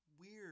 weird